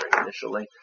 initially